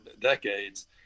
decades